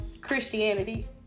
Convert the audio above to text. Christianity